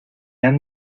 han